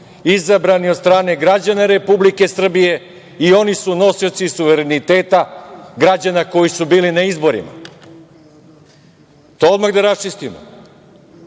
izabrani od strane građana Republike Srbije i oni su nosioci suvereniteta građana koji su bili na izborima. To odmah da raščistimo.